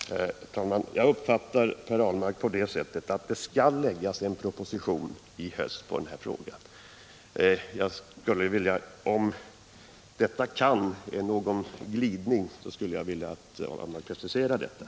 Herr talman! Jag uppfattar Per Ahlmark på det sättet att en proposition skall läggas på kammarens bord i höst i den här frågan. Om ordet kan innebär någon glidning skulle jag vilja att Per Ahlmark preciserade detta.